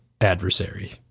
adversary